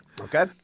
Okay